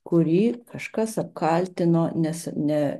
kurį kažkas apkaltino nes ne